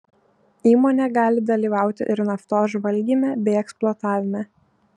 įmonė gali dalyvauti ir naftos žvalgyme bei eksploatavime